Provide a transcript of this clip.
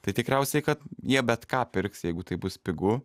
tai tikriausiai kad jie bet ką pirks jeigu tai bus pigu